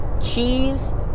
cheese